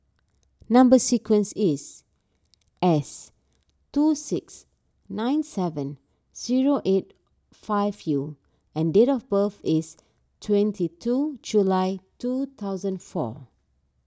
Number Sequence is S two six nine seven zero eight five U and date of birth is twenty two July two thousand four